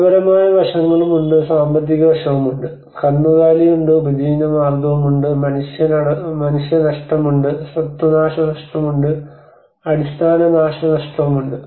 ഗുണപരമായ വശങ്ങളും ഉണ്ട് സാമ്പത്തിക വശവുമുണ്ട് കന്നുകാലിയുണ്ട് ഉപജീവനമാർഗമുണ്ട് മനുഷ്യനഷ്ടമുണ്ട് സ്വത്ത് നാശനഷ്ടമുണ്ട് അടിസ്ഥാന നാശനഷ്ടവുമുണ്ട്